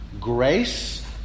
grace